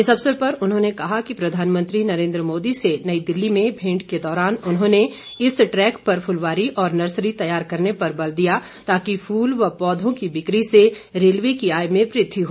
इस अवसर पर उन्होंने कहा कि प्रधानमंत्री नरेंद्र मोदी से नई दिल्ली में भेंट के दौरान उन्होंने इस ट्रैक पर फुलवारी और नर्सरी तैयार करने पर बल दिया ताकि फूल व पौधों की बिक्री से रेलवे की आय में वृद्धि हो